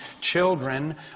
Children